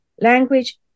language